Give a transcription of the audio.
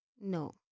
no